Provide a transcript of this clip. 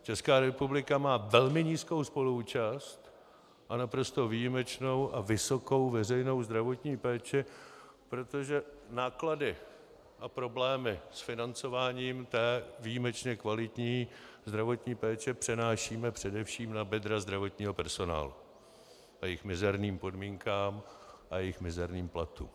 Česká republika má velmi nízkou spoluúčast a naprosto výjimečnou a vysokou veřejnou zdravotní péči, protože náklady a problémy s financováním té výjimečně kvalitní zdravotní péče přenášíme především na bedra zdravotního personálu a jejich mizerným podmínkám a jejich mizerným platům.